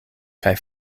kaj